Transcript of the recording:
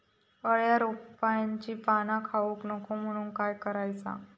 अळ्या रोपट्यांची पाना खाऊक नको म्हणून काय करायचा?